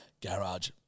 garage